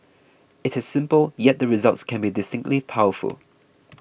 it is simple yet the results can be distinctly powerful